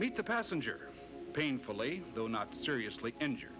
meet the passenger painfully though not seriously injured